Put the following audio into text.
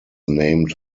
named